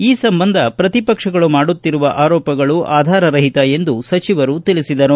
ಈ ಸಂಬಂಧ ಪ್ರತಿಪಕ್ಷಗಳು ಮಾಡುತ್ತಿರುವ ಆರೋಪಗಳು ಆಧಾರರಹಿತ ಎಂದು ಸಚಿವರು ತಿಳಿಸಿದರು